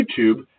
YouTube